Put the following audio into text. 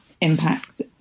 impact